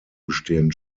bestehen